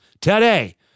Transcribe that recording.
today